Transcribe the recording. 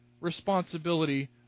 responsibility